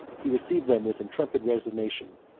he received them with intrepid resignation,